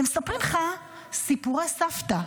מספרים לך סיפורי סבתא.